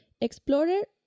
explorer